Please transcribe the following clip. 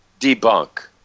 debunk